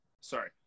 sorry